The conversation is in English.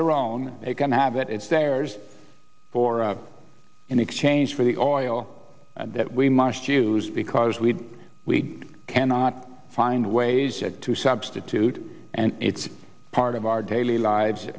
their own they can have it it's theirs for in exchange for the oil that we must use because we we cannot find ways to substitute and it's part of our daily lives